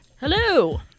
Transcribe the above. Hello